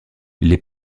les